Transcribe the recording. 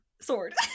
Sword